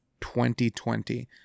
2020